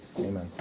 Amen